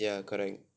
ya correct